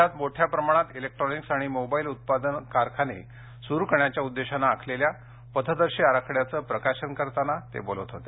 देशात मोठ्या प्रमाणात इलेक्ट्रॉनिक्स आणि मोबाईल उत्पादन कारखाने सुरू करण्याच्या उद्देशानं आखलेल्या पथदर्शी आराखड्याचं प्रकाशन करताना ते बोलत होते